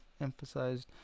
emphasized